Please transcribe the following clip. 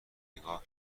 نگاه